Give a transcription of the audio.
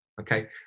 okay